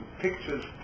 pictures